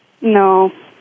No